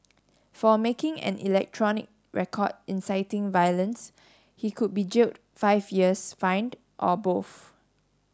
for making an electronic record inciting violence he could be jailed five years fined or both